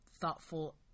thoughtful